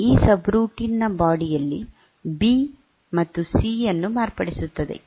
ಈ ಸಬ್ರೂಟೀನ್ ನ ಬಾಡಿ ಯಲ್ಲಿ ಈ ಬಿ ಮತ್ತು ಸಿ ಅನ್ನು ಮಾರ್ಪಡಿಸುತ್ತದೆ